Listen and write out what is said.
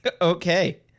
Okay